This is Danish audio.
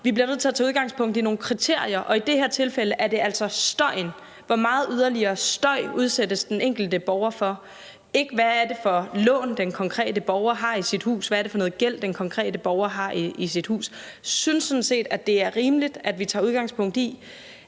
vi bliver nødt til at tage udgangspunkt i nogle kriterier, og i det her tilfælde er det støjen, altså hvor meget yderligere støj den enkelte borger udsættes for – ikke hvad det er for lån, den konkrete borger har i sit hus, eller hvad det er for noget gæld, den konkrete borger har i sit hus. Jeg synes sådan set, det er rimeligt, at vi tager udgangspunkt i,